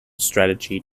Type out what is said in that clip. strategy